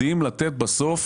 יודעים לתת בסוף